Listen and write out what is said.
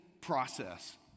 process